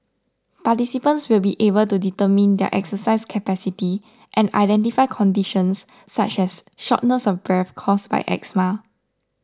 participants will be able to determine their exercise capacity and identify conditions such as shortness of breath caused by asthma